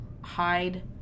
hide